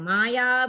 Maya